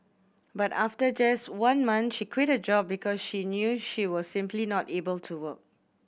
but after just one month she quit her job because she knew she was simply not able to work